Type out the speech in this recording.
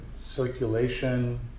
circulation